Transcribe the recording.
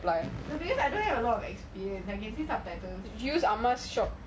because I don't have a lot of experience like I can use subtitles